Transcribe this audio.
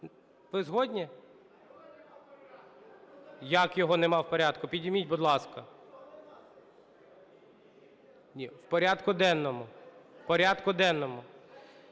Ви згодні? Як його нема в порядку? Підніміть, будь ласка. В порядку денному. В порядку денному.